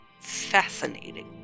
fascinating